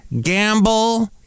Gamble